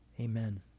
Amen